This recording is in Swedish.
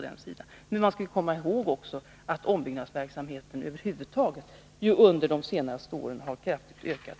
Men man skall också komma ihåg att ombyggnadsverksamheten över huvud taget har ökat kraftigt i volym under de senaste åren.